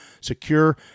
secure